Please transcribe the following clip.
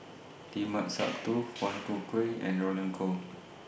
Limat Sabtu Foong and Roland Goh